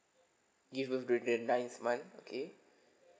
give birth during the ninth month okay